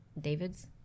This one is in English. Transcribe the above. David's